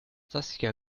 saskia